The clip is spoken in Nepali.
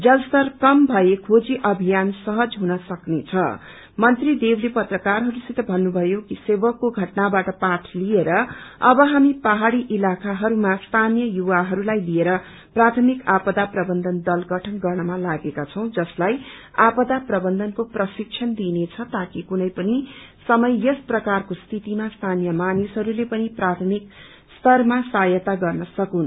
जलस्तर कम भए खेजी अभियान सहज हुन सक्नेछं मंत्री देवले पत्राकारहस्सित भन्नुभयो कि सेवकको घटनावाट पाठ लिएर अव हामी पहाड़ी इलाकाहरूमा स्थानीय युवाहरूलाइ लिएर प्राथमिक आपदा प्रबन्धनद ल गठन गर्नमा लागेका छौं जसलाई आपदा प्रबन्धनको प्रशिक्षण दिइनेछ ताकि कुनै पनि समय यस प्रकारको स्थितिमा स्थानीय मानिसहरूले पनि प्राथमिक स्तरमा सहायता गर्न सकून्